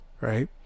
right